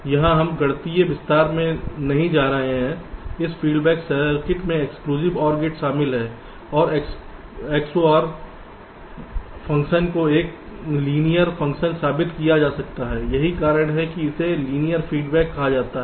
यहां हम गणितीय विस्तार में नहीं जा रहे हैं इस फ़ीड सर्किट में एक्सक्लूसिव OR गेट शामिल हैं और XOR फ़ंक्शन को एक लीनियरर फ़ंक्शन साबित किया जा सकता है यही कारण है कि इसे लिनियर फीडबैक कहा जाता है